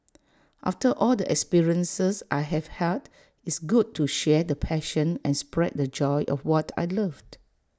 after all the experiences I have had it's good to share the passion and spread the joy of what I love